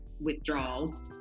withdrawals